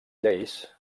lleis